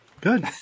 Good